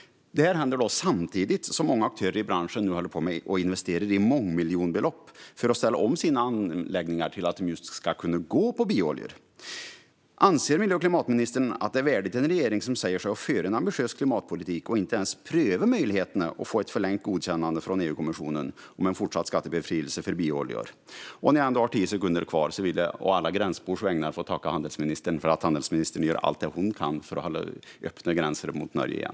Detta händer samtidigt som många aktörer i branschen håller på att investera mångmiljonbelopp för att ställa om sina anläggningar så att de ska kunna gå på just biooljor. Anser miljö och klimatministern att det är värdigt en regering som säger sig föra en ambitiös klimatpolitik att inte ens pröva möjligheten att från EU-kommissionen få ett förlängt godkännande av fortsatt skattebefrielse för biooljor? När jag ändå har tio sekunder talartid kvar vill jag å alla gränsbors vägnar tacka handelsministern för att hon gör allt hon kan för att öppna gränsen mot Norge igen.